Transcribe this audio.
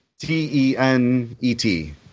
T-E-N-E-T